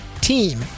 team